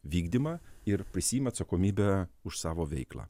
vykdymą ir prisiima atsakomybę už savo veiklą